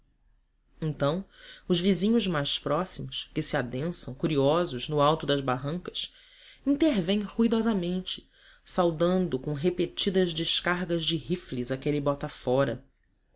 então os vizinhos mais próximos que se adensam curiosos no alto das barrancas intervêm ruidosamente saudando com repetidas descargas de rifles aquele